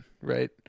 Right